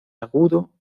agudo